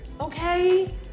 okay